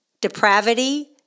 depravity